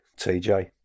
TJ